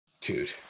Dude